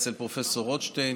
אצל פרופ' רוטשטיין,